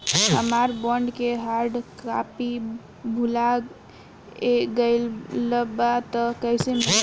हमार बॉन्ड के hard copy भुला गएलबा त कैसे मिली?